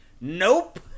Nope